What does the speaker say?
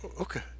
Okay